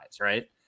right